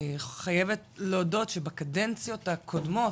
אני חייבת להודות שבקדנציות הקודמות,